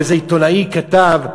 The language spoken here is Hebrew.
או שאיזה עיתונאי כתב,